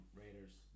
Raiders